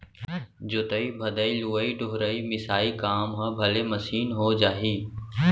जोतइ भदई, लुवइ डोहरई, मिसाई काम ह भले मसीन हो जाही